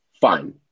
Fine